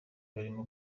barimo